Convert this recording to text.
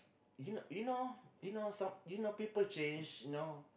you know you know you know some you know people change you know